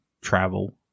travel